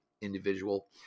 individual